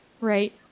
Right